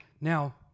Now